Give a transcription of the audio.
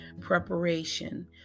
preparation